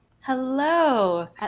Hello